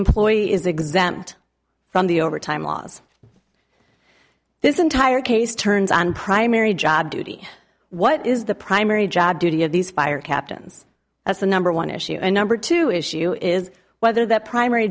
employee is exempt from the overtime laws this entire case turns on primary job duty what is the primary job duty of these fire captains that's the number one issue and number two issue is whether that primary